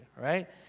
right